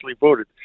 voted